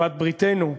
בעלת-בריתנו,